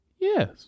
Yes